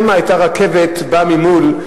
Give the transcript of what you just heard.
שמא היתה רכבת באה ממול,